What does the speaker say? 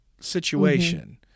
situation